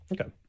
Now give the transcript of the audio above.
Okay